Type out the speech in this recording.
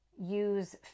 use